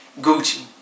Gucci